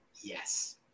Yes